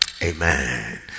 Amen